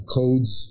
codes